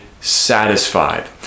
satisfied